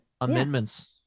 Amendments